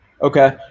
Okay